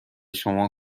شما